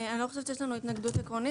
אני לא חושבת שיש לנו התנגדות עקרונית.